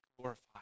glorified